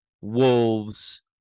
Wolves